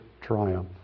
triumph